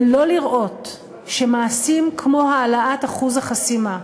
בלא לראות שמעשים כמו העלאת אחוז החסימה,